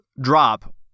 drop